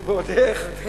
ועוד איך.